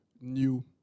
new